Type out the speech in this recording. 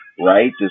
right